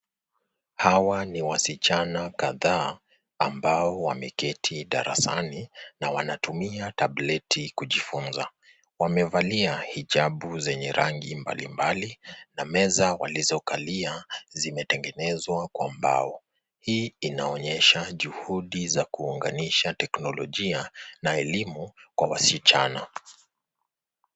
Hawa ni wasichana kadhaa ambao wameketi darasani na wanatumia tableti kujifunza. Wamevalia hijabu zenye rangi mbalimbali na meza walizokalia zimetengenezwa kwa mbao. Hii inaonyesha juhudi za kuunganisha teknolojia na elimu kwa wasichana.